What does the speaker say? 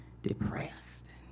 depressed